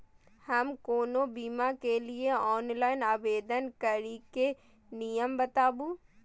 हम कोनो बीमा के लिए ऑनलाइन आवेदन करीके नियम बाताबू?